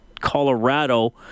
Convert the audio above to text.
Colorado